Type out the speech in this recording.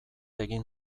egin